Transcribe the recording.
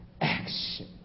action